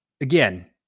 again